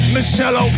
Michelle